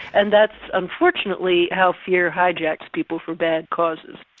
and that's unfortunately how fear hijacks people for bad causes.